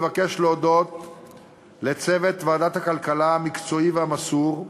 אני מבקש להודות לצוות ועדת הכלכלה המקצועי והמסור,